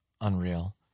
unreal